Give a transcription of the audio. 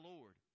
Lord